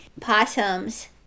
possums